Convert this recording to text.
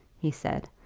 he said,